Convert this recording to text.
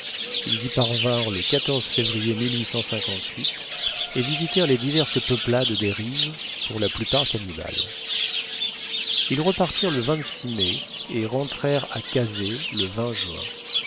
ils y parvinrent le février et visitèrent les diverses peuplades des rives pour la plupart cannibales ils repartirent le mai et rentrèrent à kazeh le juin